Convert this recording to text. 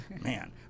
Man